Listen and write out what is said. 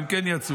והם כן יצאו,